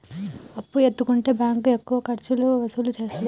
అప్పు ఎత్తుకుంటే బ్యాంకు ఎక్కువ ఖర్చులు వసూలు చేత్తదా?